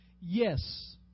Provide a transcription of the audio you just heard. yes